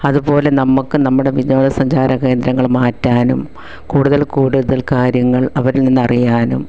അതു പോലെ നമുക്കും നമ്മുടെ വിനോദസഞ്ചാര കേന്ദ്രങ്ങൾ മാറ്റാനും കൂടുതൽ കൂടുതൽ കാര്യങ്ങൾ അവരിൽ നിന്ന് അറിയാനും